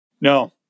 No